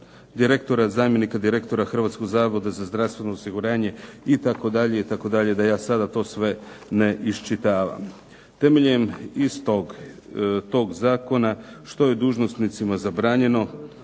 direktora zamjenika direktora Hrvatskog zavoda za zdravstveno osiguranje itd., da ja sada to sve ne iščitavam. Temeljem istog toga Zakona što je dužnosnicima zabranjeno